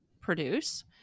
produce